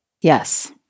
Yes